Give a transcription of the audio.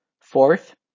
Fourth